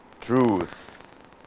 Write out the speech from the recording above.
truth